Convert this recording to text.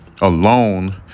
alone